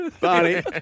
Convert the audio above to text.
Barney